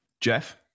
Jeff